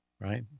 Right